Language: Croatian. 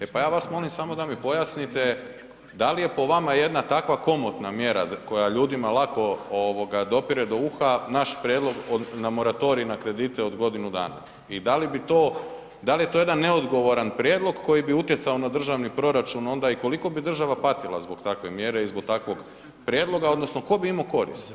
E pa ja vas molim samo da mi pojasnite, da li je po vama jedna takva komotna mjera koja ljudima lako dopire do uha, naš prijedlog na moratorij na kredite od godinu dana? i da li bi to, da li je to jedan neodgovoran prijedlog koji bi utjecao na državni proračun onda i koliko bi država patila zbog takve mjere i zbog takvog prijedloga odnosno ko bi imao korist?